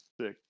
Sick